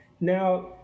Now